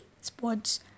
sports